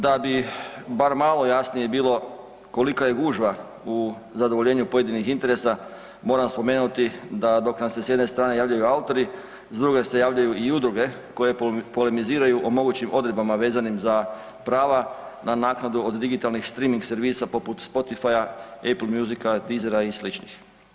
Da bi bar malo jasnije bilo kolika je gužva u zadovoljenju pojedinih interesa moram spomenuti da dok nam se s jedne strane javljaju autori, s druge se javljaju i udruge koje polemiziraju o mogućim odredbama vezanim za prava na naknadu o digitalnim streaming servisa poput Spotifya, Apple music, Deezera i sličnih.